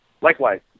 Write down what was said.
likewise